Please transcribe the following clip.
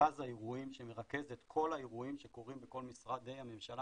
מרכז האירועים שמרכז את כל האירועים שקורים בכל משרדי הממשלה,